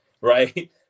right